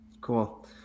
Cool